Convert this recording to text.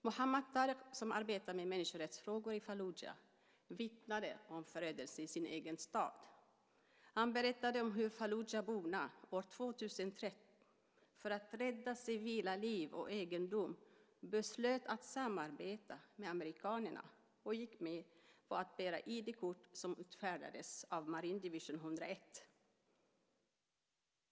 Muhammed Tareq, som arbetar med människorättsfrågor i Falluja, vittnade om förödelsen i sin egen stad. Han berättade om hur fallujaborna år 2003, för att rädda civila liv och egendom, beslöt att samarbeta med amerikanerna och gick med på att bära ID-kort som utfärdades av marindivision 101.